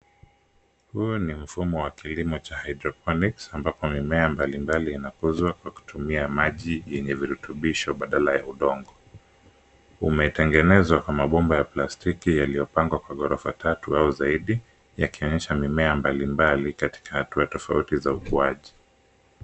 Huyu ni mfumo wa kilimo cha hydroponics ambapo mimea mbali mbali inakuzwa kwa kutumia maji yenye virutubisho badala ya udongo. Umetengenezwa kwa mabomba ya plastiki yaliyopangwa kwa ghorofa tatu au zaidi yakionyesha mimea mbali mbali katika hatua tofauti za ukuaji.